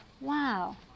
Wow